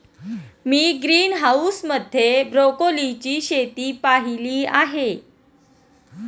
मी greenhouse मध्ये ब्रोकोलीची शेती पाहीली आहे